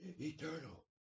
eternal